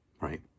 right